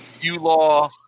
U-Law